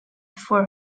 before